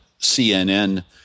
CNN